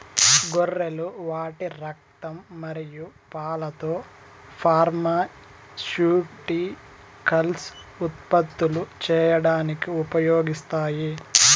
గొర్రెలు వాటి రక్తం మరియు పాలతో ఫార్మాస్యూటికల్స్ ఉత్పత్తులు చేయడానికి ఉపయోగిస్తారు